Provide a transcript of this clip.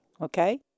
okay